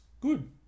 good